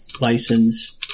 license